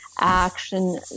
action